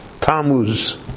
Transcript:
Tammuz